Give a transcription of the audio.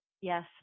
Yes